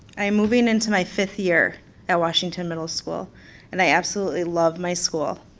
i am moving into my fifth year at washington middle school and i absolutely love my school.